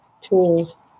tools